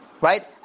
Right